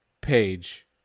Page